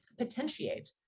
potentiate